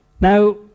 Now